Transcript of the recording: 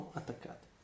attaccate